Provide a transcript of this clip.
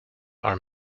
are